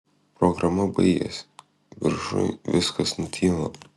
programa baigiasi viršuj viskas nutyla